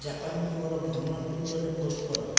ଜାପାନକୁ ମୋର ଭ୍ରମଣ ଟ୍ୱିଟର୍ରେ ପୋଷ୍ଟ କର